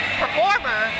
performer